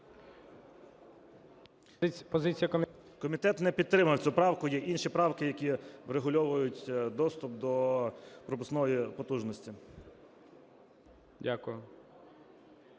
Комітет не підтримав цю правку, є інші правки, які врегульовують доступ до пропускної потужності.